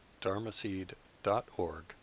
dharmaseed.org